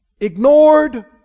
Ignored